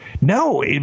no